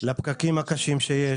לפקקים הקשים שיש,